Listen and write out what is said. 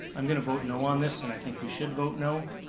i'm gonna vote no on this, and i think we should vote no.